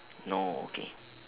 no okay